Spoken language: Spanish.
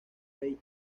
rey